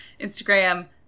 Instagram